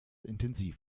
intensiv